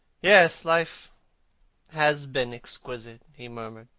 yes, life has been exquisite, he murmured,